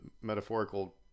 metaphorical